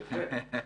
יפה.